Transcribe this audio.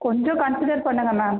கொஞ்சம் கன்சிடர் பண்ணுங்கள் மேம்